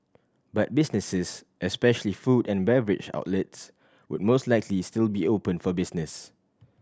but businesses especially food and beverage outlets would most likely still be open for business